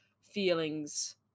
feelings